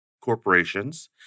corporations